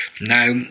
Now